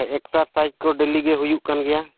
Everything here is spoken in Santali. ᱮᱠᱥᱟᱨᱥᱟᱭᱤᱡ ᱠᱚ ᱰᱮᱞᱤ ᱜᱮ ᱦᱩᱭᱩᱜ ᱠᱟᱱ ᱜᱮᱭᱟ